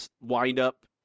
windup